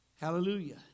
Hallelujah